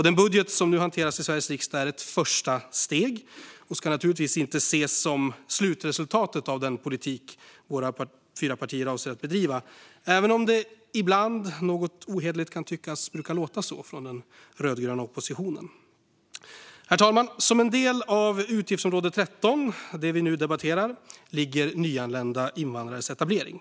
Den budget som nu hanteras i Sveriges riksdag är ett första steg och ska naturligtvis inte ses som slutresultatet av den politik som våra fyra partier avser att bedriva, även om det ibland, något ohederligt kan tyckas, brukar låta så från den rödgröna oppositionen. Herr talman! Som en del av utgiftsområde 13, som vi nu debatterar, ligger nyanlända invandrares etablering.